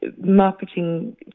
marketing